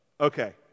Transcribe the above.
Okay